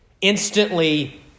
instantly